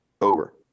over